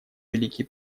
великие